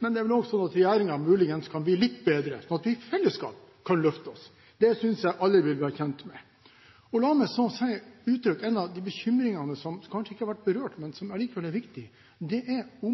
men det er vel også slik at regjeringen muligens kan bli litt bedre, slik at vi i fellesskap kan løfte oss. Det ville alle være tjent med. La meg så uttrykke en av de bekymringene som kanskje ikke har vært berørt, men som allikevel er viktig. Det er Forsvarets